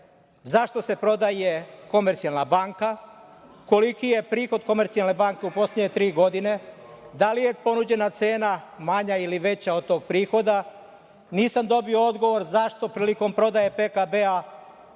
zašto se prodaje „Komercijalna banka“, koliki je prihod „Komercijalne banke“ u poslednje tri godine, da li je ponuđena cena manja ili veća od tog prihoda. Nisam dobio odgovor zašto prilikom prodaje PKB-a